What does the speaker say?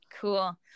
Cool